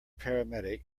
paramedic